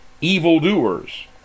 evildoers